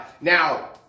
now